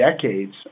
decades